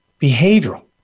Behavioral